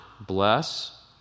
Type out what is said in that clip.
Bless